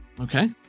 Okay